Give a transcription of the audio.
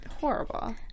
horrible